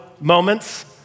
moments